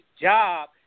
Job